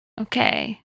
Okay